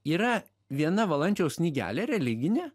yra viena valančiaus knygelė religinė